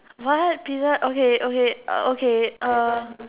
what pizza okay okay uh okay uh